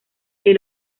que